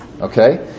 Okay